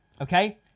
Okay